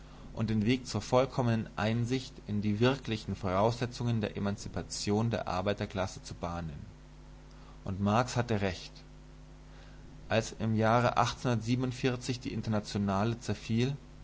und den weg zu vollkommener einsicht in die wirklichen voraussetzungen der emanzipation der arbeiterklasse zu bahnen und marx hatte recht als im jahre die internationale zerfiel